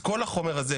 את כל החומר הזה,